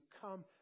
come